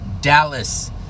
Dallas